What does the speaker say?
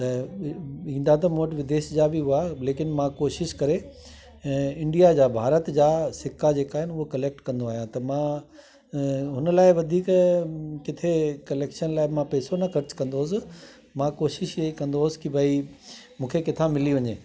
त ईंदा त मूं वटि विदेश जा बि हूआ लेकिन मां कोशिशि करे ऐं इंडिया जा भारत जा सिका जेका आहिनि हूअ कलेक्ट कंदो आहियां त मां हुन लाइ वधीक किथे कलेक्शन लाइ मां पैसो न ख़र्चु कंदो हुयसि मां कोशिशि इहेई कंदो हुअसि की भई मूंखे किथां मिली वञे